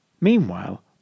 Meanwhile